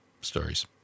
stories